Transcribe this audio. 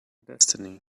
destiny